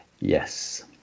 yes